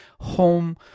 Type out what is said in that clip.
home